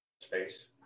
space